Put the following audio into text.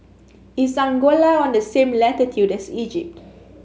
is Angola on the same latitude as Egypt